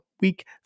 week